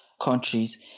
countries